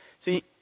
See